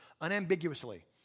Unambiguously